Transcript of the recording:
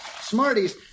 Smarties